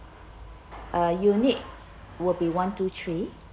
uh unit will be one two three